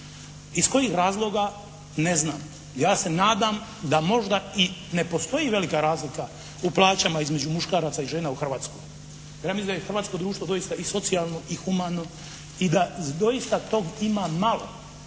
Iz kojih razloga? Ne znam. Ja se nadam da možda i ne postoji velika razlika u plaćama između muškaraca i žena u Hrvatskoj, jer ja mislim da je hrvatsko društvo doista i socijalno i humano i da doista tog ima malo,